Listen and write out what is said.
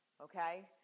Okay